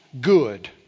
good